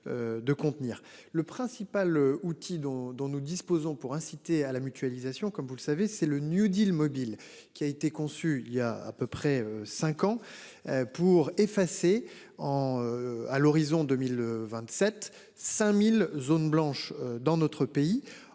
le principal outil dont dont nous disposons pour inciter à la mutualisation, comme vous le savez c'est le New Deal mobile qui a été conçu il y a à peu près 5 ans. Pour effacer en à l'horizon 2027 5000 zones blanches dans notre pays